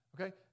Okay